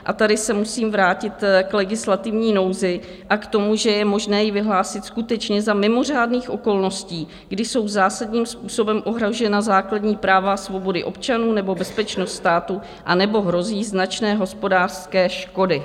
A tady se musím vrátit k legislativní nouzi a k tomu, že je možné ji vyhlásit skutečně za mimořádných okolností, kdy jsou zásadním způsobem ohrožena základní práva a svobody občanů nebo bezpečnost státu anebo hrozí značné hospodářské škody.